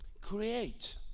Create